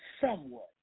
Somewhat